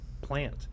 plant